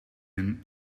een